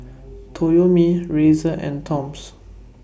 Toyomi Razer and Toms